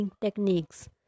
techniques